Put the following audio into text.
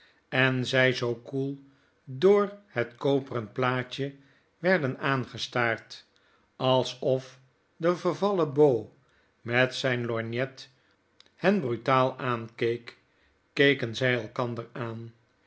en zy zoo koel door het koperen plaatje werden aangestaard alsof de vervallen beau met zyn lorgnet hen brutaal aankeek keken zy elkander aan